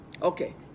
Okay